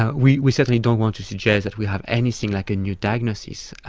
ah we we certainly don't want to suggest that we have anything like a new diagnosis.